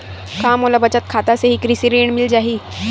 का मोला बचत खाता से ही कृषि ऋण मिल जाहि?